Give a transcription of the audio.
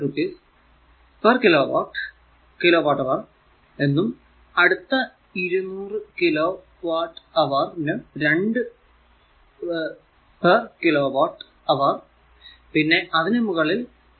5 രൂപ per kilo watt hour എന്നും അടുത്ത 200 കിലോ വാട്ട് അവർ നു 2 പേർ കിലോ വാട്ട് അവർ പിന്നെ അതിനു മുകളിൽ 2